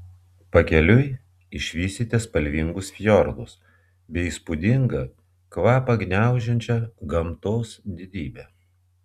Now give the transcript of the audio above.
pakeliui išvysite spalvingus fjordus bei įspūdingą kvapą gniaužiančią gamtos didybę